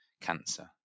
cancer